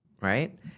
right